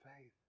faith